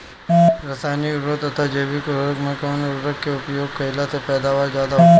रसायनिक उर्वरक तथा जैविक उर्वरक में कउन उर्वरक के उपयोग कइला से पैदावार ज्यादा होखेला?